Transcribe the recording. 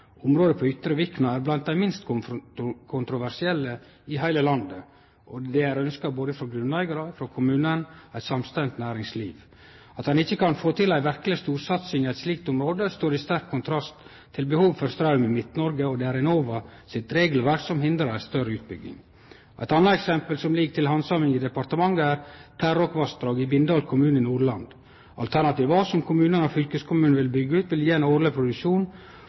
Området på Ytre Vikna er blant dei minst kontroversielle i heile landet, og dei er ønskte av både grunneigarar, kommunen og eit samstemt næringsliv. At ein ikkje kan få til ei verkeleg storsatsing i eit slikt område, står i sterk kontrast til behovet for straum i Midt-Noreg. Det er Enova sitt regelverk som hindrar ei større utbygging. Eit anna eksempel som ligg til handsaming i departementet, er Terråkvassdraget i Bindal kommune i Nordland. Alternativ A, som kommunen og fylkeskommunen vil byggje ut, vil gje ein årleg produksjon